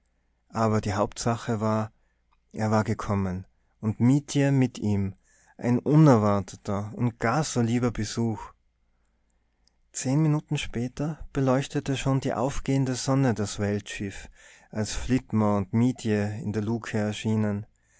aber die hauptsache war er war gekommen und mietje mit ihm ein unerwarteter und gar so lieber besuch zehn minuten später beleuchtete schon die aufgehende sonne das weltschiff als flitmore und mietje in der lucke erschienen